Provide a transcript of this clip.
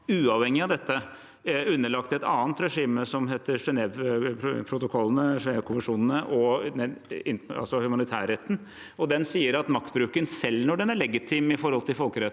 uavhengig av dette, underlagt et annet regime som heter Genève-konvensjonene og humanitærretten. Den sier at maktbruken, selv når den er legitim i forhold til folkeretten,